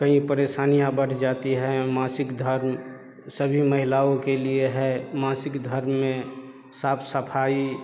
कई परेशानियाँ बढ़ जाती हैं मासिक धर्म सभी महिलाओं के लिए है मासिक धर्म में साफ सफाई